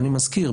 אני מזכיר,